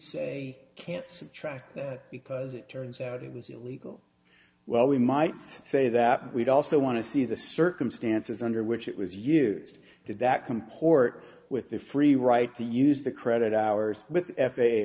say can't subtract because it turns out it was illegal well we might say that we'd also want to see the circumstances under which it was used to that comport with the free right to use the credit hours with f a